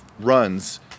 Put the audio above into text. runs